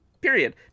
period